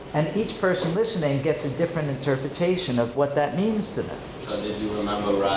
and each person listening gets a different interpretation of what that means to them. so did you remember